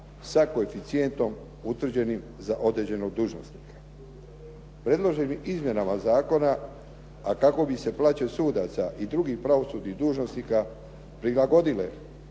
sa koeficijentom utvrđenim za određenog dužnosnika. Predloženim izmjenama zakona, a kako bi se plaće sudaca i drugih pravosudnih dužnosnika prilagodile